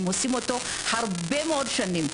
הם עושים אותה הרבה מאוד שנים.